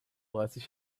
dreißig